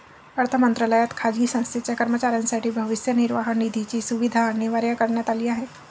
अर्थ मंत्रालयात खाजगी संस्थेच्या कर्मचाऱ्यांसाठी भविष्य निर्वाह निधीची सुविधा अनिवार्य करण्यात आली आहे